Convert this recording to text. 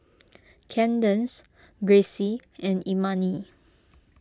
Cadence Gracie and Imani